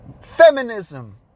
feminism